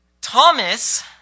Thomas